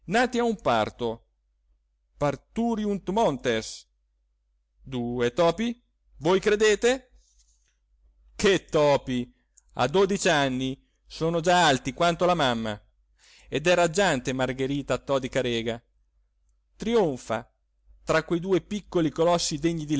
nati a un parto parturiunt montes due topi voi credete che topi a dodici anni sono già alti quanto la mamma ed è raggiante margherita todi-carega trionfa tra quei due piccoli colossi degni di